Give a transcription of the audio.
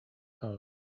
home